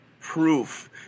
Proof